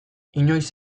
inoiz